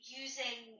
using